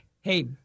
hey